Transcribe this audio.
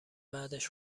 بعدش